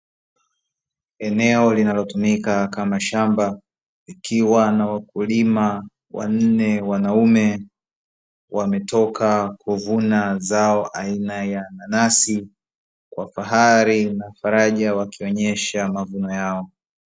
Eneo linalotumika kama shamba likiwa na wakulima wanne wanaume, wametoka kuvuna zao aina ya nanasi kwa fahari na faraja wakionyesha mavuno yao.